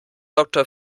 doktor